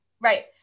Right